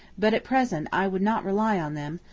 but at present i would not rely on them,